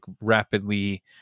rapidly